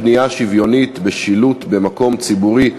פנייה שוויונית בשילוט במקום ציבורי),